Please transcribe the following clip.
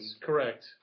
Correct